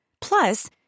Plus